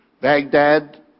Baghdad